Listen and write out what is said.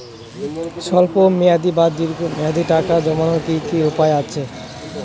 স্বল্প মেয়াদি বা দীর্ঘ মেয়াদি টাকা জমানোর কি কি উপায় আছে?